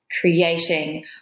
creating